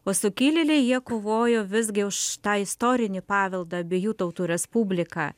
o sukilėliai jie kovojo visgi už tą istorinį paveldą abiejų tautų respubliką